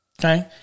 okay